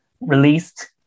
released